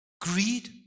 Greed